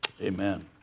Amen